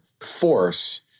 force